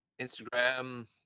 Instagram